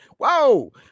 Whoa